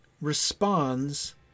responds